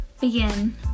begin